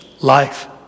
life